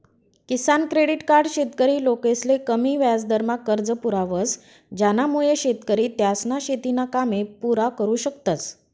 किसान credit card शेतकरी लोकसले कमी याजदरमा कर्ज पुरावस ज्यानामुये शेतकरी त्यासना शेतीना कामे पुरा करु शकतस